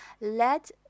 Let